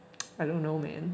I don't know man